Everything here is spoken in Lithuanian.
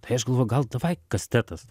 tai aš galvoju gal davai kastetas